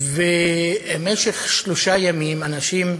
ובמשך שלושה ימים אנשים במקום,